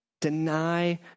deny